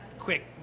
quick